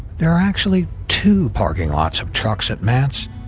there are actually two parking lots of trucks at mats,